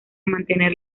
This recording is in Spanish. mantener